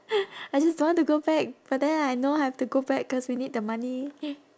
I just don't want to go back but then I know I have to go back because we need the money